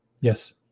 Yes